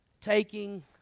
taking